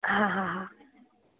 હા હા હા